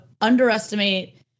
underestimate